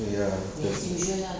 ya that's the